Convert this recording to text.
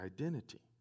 identity